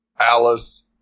Alice